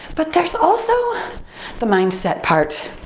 but there's also the mindset part.